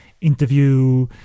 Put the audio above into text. interview